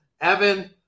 Evan